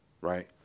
right